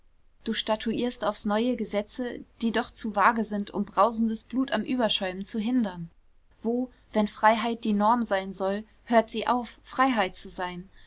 du statuierst aufs neue gesetze die doch zu vage sind um brausendes blut am überschäumen zu hindern wo wenn freiheit die norm sein soll hört sie auf freiheit zu sein